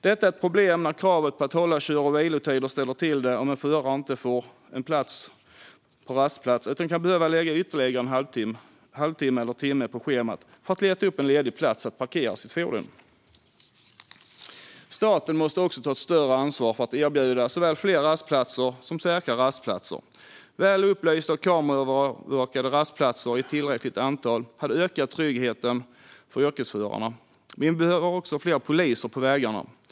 Detta är ett problem när kravet på att hålla kör och vilotider ställer till det om en förare inte får plats på en rastplats utan kan behöva lägga ytterligare en halvtimme eller timme på schemat för att leta upp en ledig plats att parkera sitt fordon. Staten måste ta ett större ansvar för att erbjuda såväl fler rastplatser som säkra rastplatser. Väl upplysta och kameraövervakade rastplatser i tillräckligt antal hade ökat tryggheten för yrkesförarna. Vi behöver också fler poliser på vägarna.